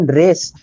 race